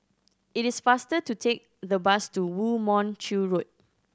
it is faster to take the bus to Woo Mon Chew Road